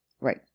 Right